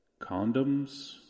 Condoms